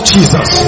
Jesus